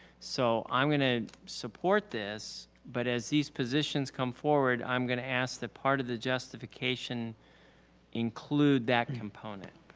so i'm gonna support this but as these positions come forward, i'm gonna ask the part of the justification include that component.